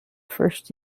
first